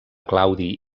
claudi